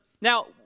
Now